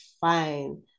fine